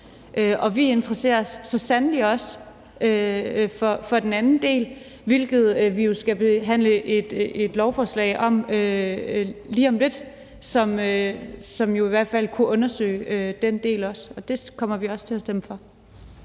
Vi interesserer os så sandelig også for den anden del, hvilket vi jo skal behandle et forslag om lige om lidt, som i hvert fald godt kunne undersøge den del også, og det kommer vi også til at stemme for.